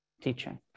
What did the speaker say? teaching